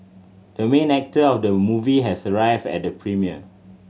the main actor of the movie has arrived at the premiere